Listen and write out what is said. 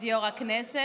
כבוד יו"ר הישיבה,